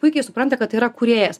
puikiai supranta kad tai yra kūrėjas